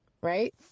right